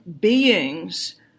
beings